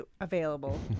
available